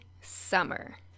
summer